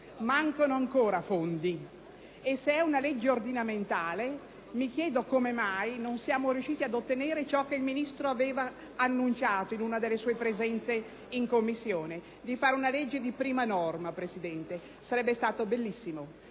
mancano ancora fondi, e se questa è una legge ordinamentale, mi chiedo come mai non siamo riusciti ad ottenere ciò che il Ministro aveva annunciato in una delle sue presenze in Commissione, cioè di fare una legge di prima norma. Sarebbe stato bellissimo,